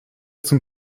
zum